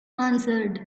answered